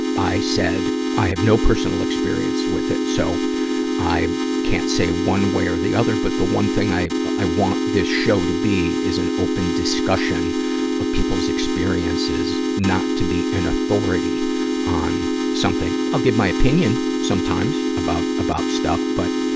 i said i have no personal experience with it, so i can't say one way or the other. but the one thing i, i want this show to be is an open discussion of people's experiences, not to be an authority on something. i'll give my opinion sometimes about, about stuff. but,